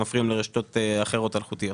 שמפריעים לרשתות אלחוטיות אחרות.